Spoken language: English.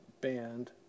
band